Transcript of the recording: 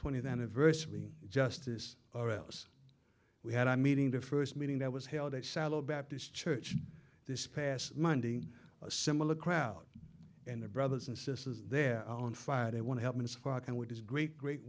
twentieth anniversary in justice or else we had a meeting the first meeting that was held at shiloh baptist church this past monday a similar crowd and their brothers and sisters they're on fire they want to help and spark and what is great great